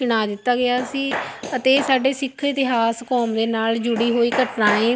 ਚਿਣਵਾ ਦਿੱਤਾ ਗਿਆ ਸੀ ਅਤੇ ਸਾਡੇ ਸਿੱਖ ਇਤਿਹਾਸ ਕੌਮ ਦੇ ਨਾਲ ਜੁੜੀ ਹੋਈ ਘਟਨਾ ਹੈ